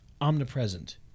omnipresent